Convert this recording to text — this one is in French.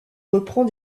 reprend